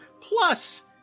Plus